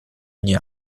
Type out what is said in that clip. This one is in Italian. ogni